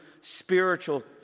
spiritual